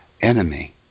enemy